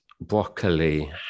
Broccoli